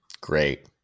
Great